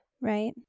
Right